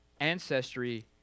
Ancestry